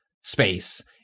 space